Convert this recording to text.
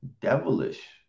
devilish